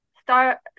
star